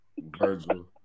virgil